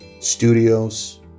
studios